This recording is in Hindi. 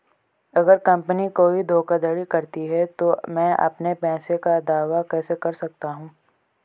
अगर कंपनी कोई धोखाधड़ी करती है तो मैं अपने पैसे का दावा कैसे कर सकता हूं?